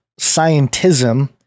scientism